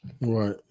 Right